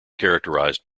characterized